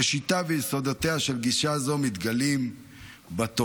ראשיתה ויסודותיה של גישה זו מתגלים בתורה,